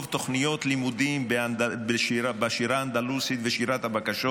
תוכניות לימודים בשירה האנדלוסית ושירת הבקשות,